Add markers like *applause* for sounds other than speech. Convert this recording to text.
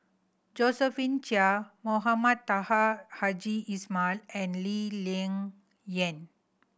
Josephine Chia Mohamed Taha Haji *unintelligible* and Lee Ling Yen